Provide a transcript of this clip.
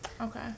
Okay